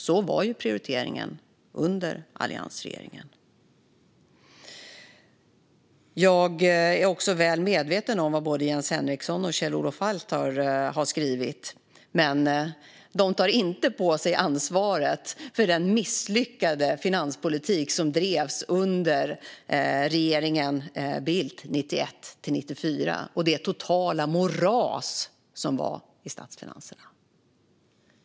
Så var ju prioriteringen under alliansregeringen. Jag är också väl medveten om vad Jens Henriksson och Kjell-Olof Feldt har skrivit, men de tar inte på sig ansvaret för den misslyckade finanspolitik som drevs under regeringen Bildt 1991-1994 och det totala moras som var i statsfinanserna.